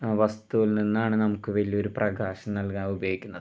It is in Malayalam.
വസ്തുവിൽ നിന്നാണ് നമുക്ക് വലിയൊരു പ്രകാശം നല്കാൻ ഉപയോഗിക്കുന്നത്